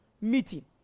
meeting